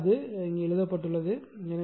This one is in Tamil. எனவே அது தான் எழுதப்பட்டுள்ளது